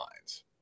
lines